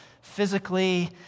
physically